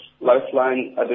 Lifeline